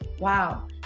Wow